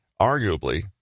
Arguably